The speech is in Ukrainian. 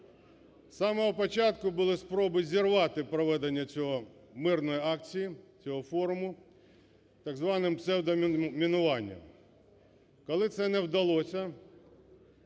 самого початку були спроби зірвати проведення цієї мірної акції, цього форуму так званим псевдомінуванням. Коли це не вдалося,